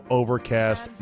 overcast